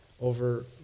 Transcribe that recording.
over